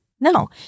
No